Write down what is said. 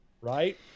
right